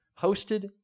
hosted